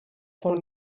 von